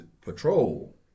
patrol